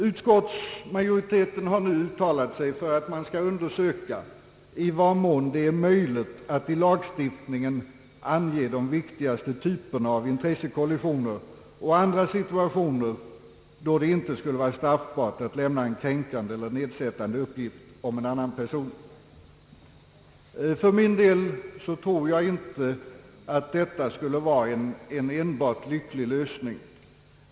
Utskottsmajoriteten har nu uttalat sig för att man skall undersöka i vad mån det är möjligt att i lagstiftningen ange de viktigaste typerna av intressekollisioner och andra situationer där det inte skulle vara straffbart att lämna en kränkande eller nedsättande uppgift om en annan person. För min del tror jag inte att detta skulle vara en enbart lycklig lösning.